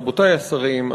רבותי השרים,